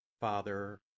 Father